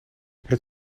het